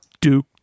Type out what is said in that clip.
Duke